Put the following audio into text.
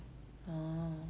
orh